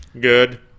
Good